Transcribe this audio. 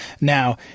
now